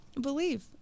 believe